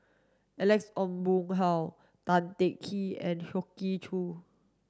Alex Ong Boon Hau Tan Teng Kee and Hoey Choo